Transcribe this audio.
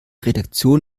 redaktion